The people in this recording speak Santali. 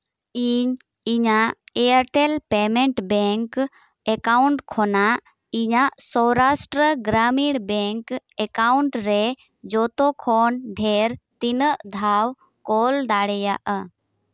ᱤᱧ ᱤᱧᱟᱹᱜ ᱮᱭᱟᱨᱴᱮᱞ ᱯᱮᱢᱮᱱᱴ ᱵᱮᱝᱠ ᱮᱠᱟᱣᱩᱱᱴ ᱠᱷᱚᱱᱟᱜ ᱤᱧᱟᱹᱜ ᱥᱳᱨᱟᱥᱴᱨᱚ ᱜᱨᱟᱢᱤᱱ ᱵᱮᱝᱠ ᱮᱠᱟᱣᱩᱱᱴ ᱨᱮ ᱡᱚᱛᱚ ᱠᱷᱚᱱ ᱰᱷᱮᱨ ᱛᱤᱱᱟᱹᱜ ᱫᱷᱟᱣ ᱠᱳᱞ ᱫᱟᱲᱮᱭᱟᱜᱼᱟ